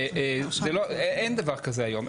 וזה לא, אין דבר כזה היום.